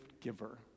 giver